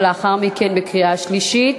ולאחר מכן בקריאה שלישית.